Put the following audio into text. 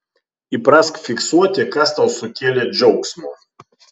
įprask fiksuoti kas tau sukėlė džiaugsmo